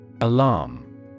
Alarm